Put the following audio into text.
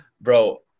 bro